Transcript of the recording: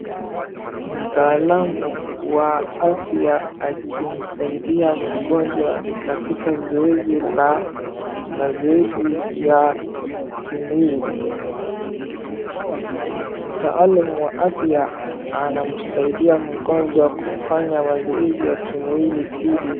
Mtaalamu wa afya akimsaidia mgonjwa katika zoezi la, mazoezi ya kimwili. Mtaalamu wa afya anamsaidia mgonjwa kufanya mazoezi ya kimwili ili...